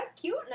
cute